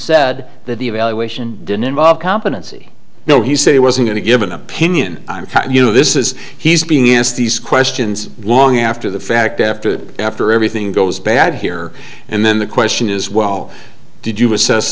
said that the evaluation didn't involve competency though he said he wasn't going to give an opinion that you know this is he's being asked these questions long after the fact after after everything goes bad here and then the question is well did you assess